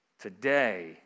Today